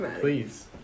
Please